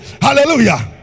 Hallelujah